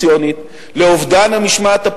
לאובדן המשמעת האופוזיציונית,